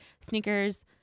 sneakers